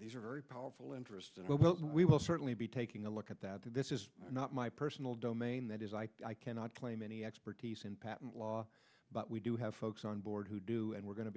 these are very powerful interests and well we will certainly be taking a look at that this is not my personal domain that is i cannot claim any expertise in patent law but we do have folks on board who do and we're going to